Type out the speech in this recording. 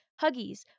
Huggies